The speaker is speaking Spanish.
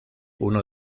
uno